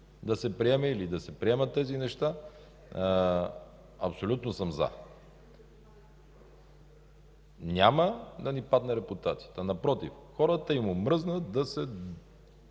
да се приеме или да се приемат тези неща, абсолютно съм „за”. Няма да ни падне репутацията. Напротив, на хората им омръзна да се